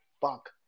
fuck